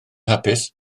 hapus